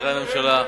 שרי הממשלה,